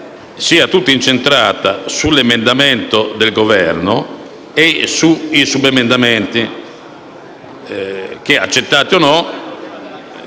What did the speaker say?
è tutta incentrata sull'emendamento del Governo e sui subemendamenti, i quali - che